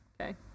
Okay